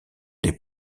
des